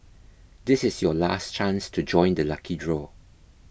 this is your last chance to join the lucky draw